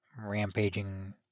rampaging